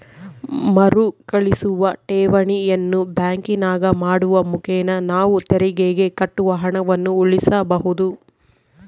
ಮರುಕಳಿಸುವ ಠೇವಣಿಯನ್ನು ಬ್ಯಾಂಕಿನಾಗ ಮಾಡುವ ಮುಖೇನ ನಾವು ತೆರಿಗೆಗೆ ಕಟ್ಟುವ ಹಣವನ್ನು ಉಳಿಸಬಹುದು